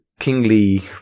kingly